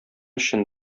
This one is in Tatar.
өчен